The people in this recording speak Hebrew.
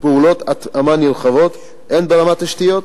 פעולות התאמה נרחבות הן ברמה התשתיתית,